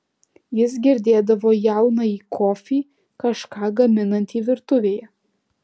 jis girdėdavo jaunąjį kofį kažką gaminantį virtuvėje